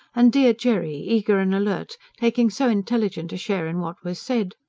and dear jerry, eager and alert, taking so intelligent a share in what was said.